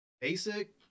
basic